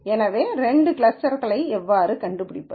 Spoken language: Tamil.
எனவே இரண்டு கிளஸ்டர்க்களை எவ்வாறு கண்டுபிடிப்பது